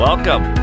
Welcome